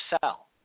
sell